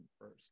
first